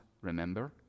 remember